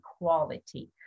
equality